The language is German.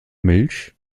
milch